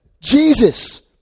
Jesus